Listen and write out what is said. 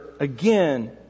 Again